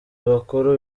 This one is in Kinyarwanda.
bakuru